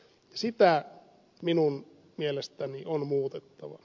sitä minun mielestäni on muutettava